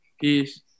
Peace